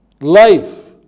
life